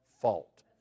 fault